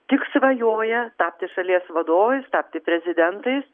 tik svajoja tapti šalies vadovais tapti prezidentais